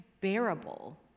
bearable